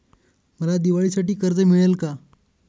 मला दिवाळीसाठी कर्ज मिळेल का?